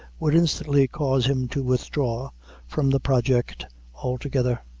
would instantly cause him to withdraw from the project altogether.